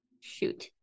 Shoot